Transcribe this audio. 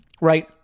right